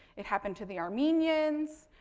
it happened to the armenians.